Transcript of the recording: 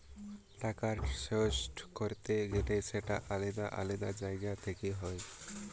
টাকার সোর্স করতে গেলে সেটা আলাদা আলাদা জায়গা থেকে হয়